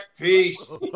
peace